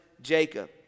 Jacob